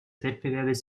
wettbewerbs